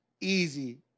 easy